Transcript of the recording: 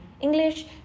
english